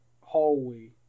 hallway